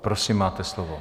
Prosím, máte slovo.